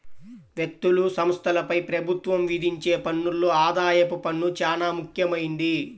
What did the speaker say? వ్యక్తులు, సంస్థలపై ప్రభుత్వం విధించే పన్నుల్లో ఆదాయపు పన్ను చానా ముఖ్యమైంది